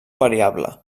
variable